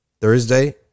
Thursday